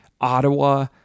Ottawa